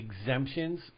exemptions